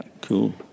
Cool